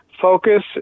Focus